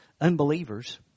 unbelievers